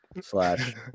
slash